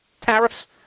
Tariffs